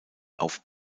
auf